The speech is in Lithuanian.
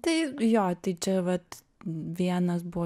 tai jo tai čia vat vienas buvo